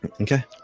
okay